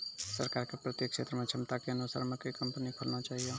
सरकार के प्रत्येक क्षेत्र मे क्षमता के अनुसार मकई कंपनी खोलना चाहिए?